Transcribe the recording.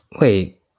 Wait